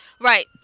Right